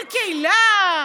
של קהילה,